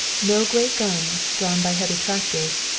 no great guns, drawn by heavy tractors,